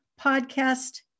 podcast